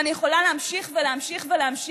ואני יכולה להמשיך ולהמשיך ולהמשיך.